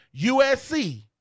USC